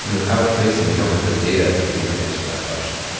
and without tracing, you don't have the data to even answer that question,